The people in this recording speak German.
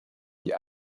die